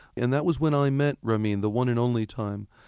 and that was when i met ramin, the one and only time.